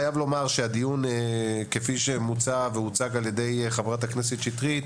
חייב לומר כפי שהוצג על-ידי חברת הכנסת שטרית,